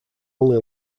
only